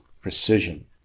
precision